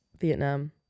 vietnam